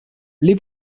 les